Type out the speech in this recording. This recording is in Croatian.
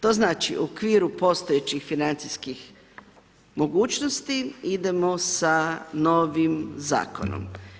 To znači, u okviru postojećih financijskih mogućnosti idemo sa novim Zakonom.